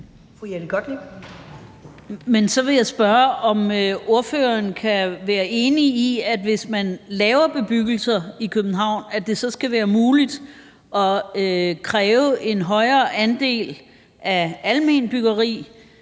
så vil jeg spørge, om ordføreren er enig i, at det så, hvis man laver bebyggelser i København, skal være muligt at kræve en højere andel af alment byggeri.